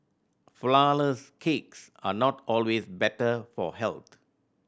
flourless cakes are not always better for health